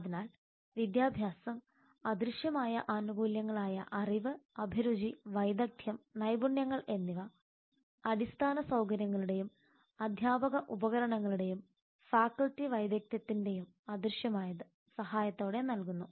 അതിനാൽ വിദ്യാഭ്യാസം അദൃശ്യമായ ആനുകൂല്യങ്ങളായ അറിവ് അഭിരുചി വൈദഗ്ദ്ധ്യം നൈപുണ്യങ്ങൾ എന്നിവ അടിസ്ഥാന സൌകര്യങ്ങളുടെയും അധ്യാപന ഉപകരണങ്ങളുടെയും ഫാക്കൽറ്റി വൈദഗ്ധ്യത്തിന്റെയും അദൃശ്യമായത് സഹായത്തോടെ നൽകുന്നു